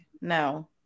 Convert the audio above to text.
no